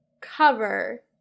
cover